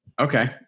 Okay